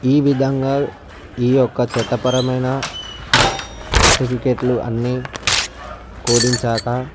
ఈ విధంగా ఈ యొక్క చట్టపరమైన సర్టిఫికేట్లు అన్నీ కూడించాక